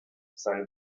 seine